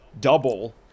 double